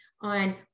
on